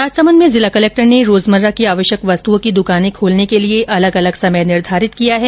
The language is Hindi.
राजसमंद में जिला कलेक्टर ने रोजमर्रा की आवश्यक वस्तुओं की दुकाने खोलने के लिए अलग अलग समय निर्धारित कर दिया है